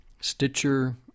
Stitcher